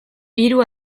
hiru